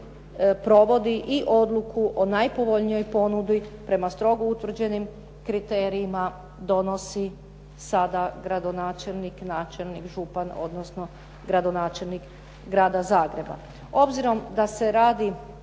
provodi i odluku o najpovoljnijoj ponudi prema strogo utvrđenim kriterijima donosi sada gradonačelnik, načelnik, župan, odnosno gradonačelnik Grada Zagreba.